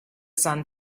sun